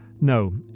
No